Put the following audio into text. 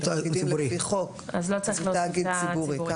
תאגידים לפי חוק זה תאגיד ציבורי.